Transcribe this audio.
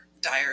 dire